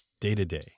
day-to-day